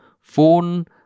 phone